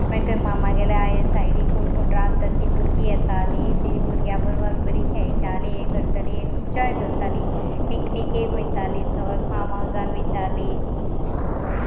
मागीर थंय मामागेल्या सायडीक कोण कोण रावता ती भुरगीं येताली ती भुरग्यां बरोबर बरी खेळटाली हें करतालीं आनी इन्जॉय करतालीं पिकनिकेक वयतालीं थंय फार्म हावजान वयतालीं